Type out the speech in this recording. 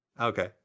Okay